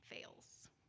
fails